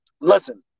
Listen